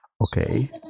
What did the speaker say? Okay